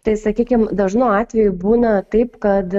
tai sakykim dažnu atveju būna taip kad